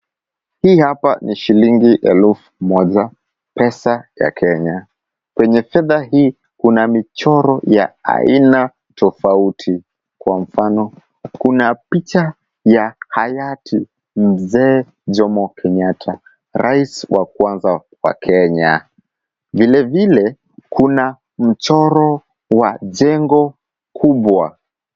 Hii hapa ni shilingi elfu moja, pesa ya Kenya. Kwenye fedha hii kuna michoro ya aina tofauti. Kwa mfano, kuna picha ya hayati Mzee Jomo Kenyatta rais wa kwanza wa Kenya. Vilvile, kuna mchoro wa jengo kubwa.